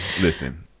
listen